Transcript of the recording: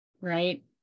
right